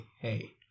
hey